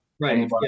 Right